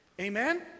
Amen